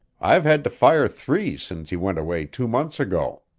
i've had to fire three since he went away two months ago.